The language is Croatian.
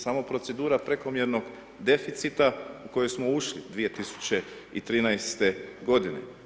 Sama procedura prekomjernog deficita u koju smo ušli 2013. godine.